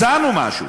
הצענו משהו.